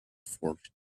forward